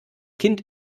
kind